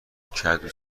کدو